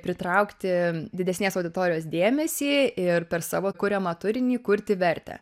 pritraukti didesnės auditorijos dėmesį ir per savo kuriamą turinį kurti vertę